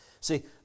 See